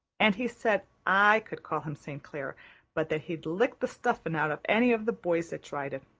and he said i could call him st. clair but that he'd lick the stuffing out of any of the boys that tried it.